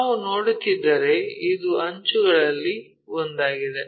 ನಾವು ನೋಡುತ್ತಿದ್ದರೆ ಇದು ಅಂಚುಗಳಲ್ಲಿ ಒಂದಾಗಿದೆ